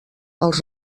els